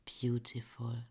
beautiful